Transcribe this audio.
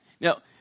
Now